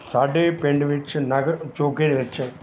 ਸਾਡੇ ਪਿੰਡ ਵਿੱਚ ਨਗਰ ਜੋਗੇ ਦੇ ਵਿੱਚ